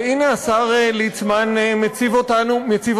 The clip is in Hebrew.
אבל הנה, השר ליצמן מציב אותנו, אתה תתמוך בו?